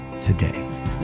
today